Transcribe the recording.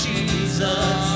Jesus